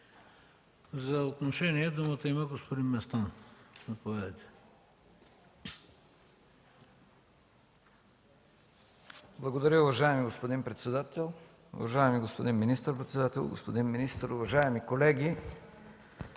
За отношение думата има господин Местан.